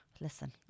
listen